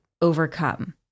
Overcome